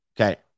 Okay